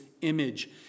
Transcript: image